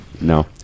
No